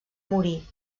morir